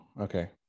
okay